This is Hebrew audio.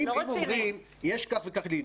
אם אומרים שיש כך וכך מבנים,